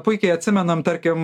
puikiai atsimenam tarkim